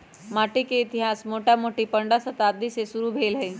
coffee के इतिहास मोटामोटी पंडह शताब्दी से शुरू भेल हइ